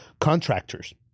contractors